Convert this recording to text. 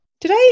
Today